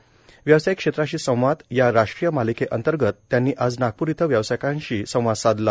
व्यावसायिक क्षेत्राशी संवाद या राष्ट्रीय मालिकेअंतर्गत त्यांनी आज नागपूर इथं व्यावसायिकांची संवाद साधला